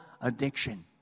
addiction